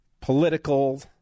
political